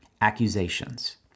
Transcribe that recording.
Accusations